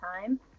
time